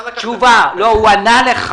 אתה לקחת את זה --- הוא ענה לך.